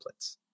templates